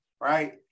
right